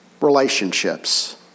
relationships